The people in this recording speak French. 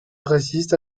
résiste